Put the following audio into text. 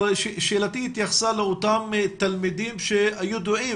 אבל שאלתי התייחסה לאותם תלמידים שהיו ידועים